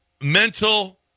Mental